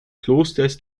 klosters